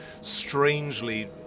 strangely